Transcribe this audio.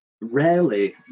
rarely